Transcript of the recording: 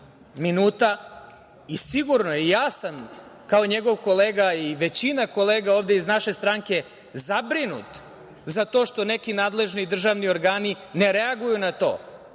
minuta i sigurno je, i ja san, kao njegov kolega i većina kolega ovde iz naše stranke, zabrinut za to što neki nadležni državni organi ne reaguju na to.